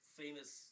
famous